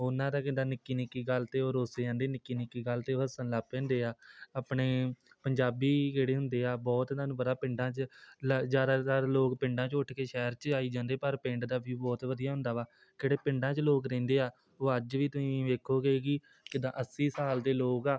ਉਹਨਾਂ ਦਾ ਕਿੱਦਾਂ ਨਿੱਕੀ ਨਿੱਕੀ ਗੱਲ 'ਤੇ ਉਹ ਰੁੱਸ ਜਾਂਦੇ ਨਿੱਕੀ ਨਿੱਕੀ ਗੱਲ 'ਤੇ ਉਹ ਹੱਸਣ ਲੱਗ ਪੈਂਦੇ ਆ ਆਪਣੇ ਪੰਜਾਬੀ ਕਿਹੜੇ ਹੁੰਦੇ ਆ ਬਹੁਤ ਤੁਹਾਨੂੰ ਪਤਾ ਪਿੰਡਾਂ 'ਚ ਲ ਜ਼ਿਆਦਾਤਰ ਲੋਕ ਪਿੰਡਾਂ 'ਚ ਉੱਠ ਕੇ ਸ਼ਹਿਰ 'ਚ ਆਈ ਜਾਂਦੇ ਪਰ ਪਿੰਡ ਦਾ ਵਿਊ ਬਹੁਤ ਵਧੀਆ ਹੁੰਦਾ ਵਾ ਕਿਹੜੇ ਪਿੰਡਾਂ 'ਚ ਲੋਕ ਰਹਿੰਦੇ ਆ ਉਹ ਅੱਜ ਵੀ ਤੁਸੀਂ ਵੇਖੋਗੇ ਕਿ ਕਿੱਦਾਂ ਅੱਸੀ ਸਾਲ ਦੇ ਲੋਕ ਆ